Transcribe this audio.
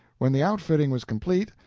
when the outfitting was complete,